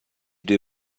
due